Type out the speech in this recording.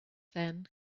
then